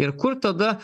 ir kur tada